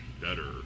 better